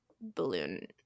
balloon